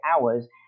hours